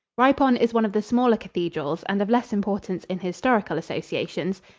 ripon is one of the smaller cathedrals and of less importance in historical associations.